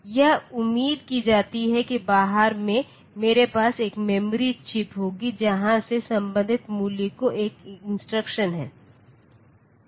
यह उम्मीद की जाती है कि बाहर में मेरे पास एक मेमोरी चिप होगी जहां से संबंधित मूल्य को एक इंस्ट्रक्शन डाला जाता है